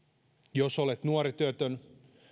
jos olet nuori työtön